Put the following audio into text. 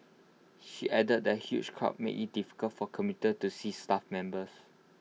she added that the huge crowd made IT difficult for commuters to see staff members